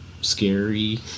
scary